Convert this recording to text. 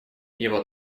его